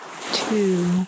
two